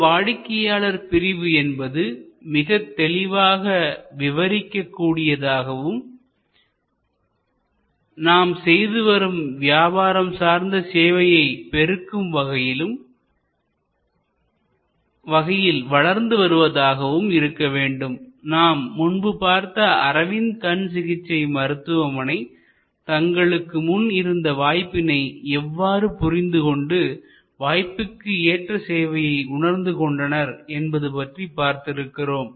ஒரு வாடிக்கையாளர் பிரிவு என்பது மிகத் தெளிவாக விவரிக்க கூடியதாகவும் நாம் செய்துவரும் வியாபாரம் சார்ந்த சேவையை பெருக்கும் வகையில் வளர்ந்து வருவதாகவும் இருக்க வேண்டும் நாம் முன்பு பார்த்த அரவிந்த் கண் சிகிச்சை மருத்துவமனை தங்களுக்கு முன் இருந்த வாய்ப்பினை எவ்வாறு புரிந்துகொண்டு வாய்ப்புக்கு ஏற்ற சேவையை உணர்ந்து கொண்டனர் என்பது பற்றி பார்த்திருக்கிறோம்